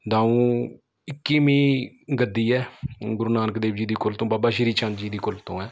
ਦਾਊਂ ਇੱਕੀਵੀਂ ਗੱਦੀ ਹੈ ਗੁਰੂ ਨਾਨਕ ਦੇਵ ਜੀ ਦੀ ਕੁਲ ਤੋਂ ਬਾਬਾ ਸ਼੍ਰੀ ਚੰਦ ਜੀ ਦੀ ਕੁਲ ਤੋਂ ਹੈ